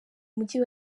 umujyi